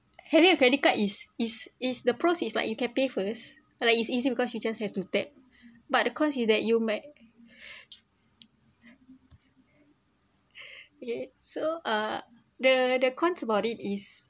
having a credit card is is is the pros is like you can pay first or like it's easy because you just have to tap but the cons is that you might okay so uh the the cons about it is